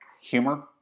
Humor